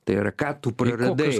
tai yra ką tu praradai